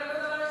תחושה,